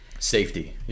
Safety